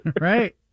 right